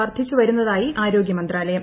വർദ്ധിച്ചുവരുന്നതീയി ആരോഗൃ മന്ത്രാലയം